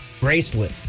bracelet